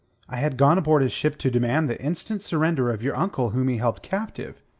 i had gone aboard his ship to demand the instant surrender of your uncle whom he held captive.